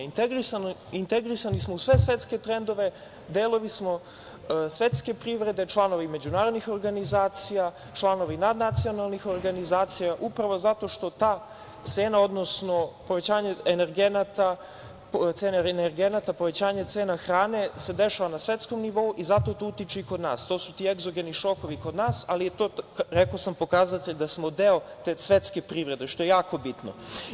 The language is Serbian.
Integrisani smo u sve svetske trendove, delovi smo svetske privrede, članovi međunarodnih organizacija, članovi nadnacionalnih organizacija, upravo zato što ta cena, odnosno povećanje energenata, cene energenata, povećanje cena hrane se dešava na svetskom nivou i zato to utiče i kod nas, to su ti egzogeni šokovi kod nas, ali to je, rekao sam, pokazatelj da smo deo te svetske privrede što je jako bitno.